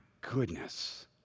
goodness